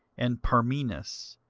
and parmenas,